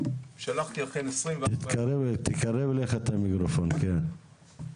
שומעים יותר טוב עכשיו?